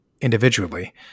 individually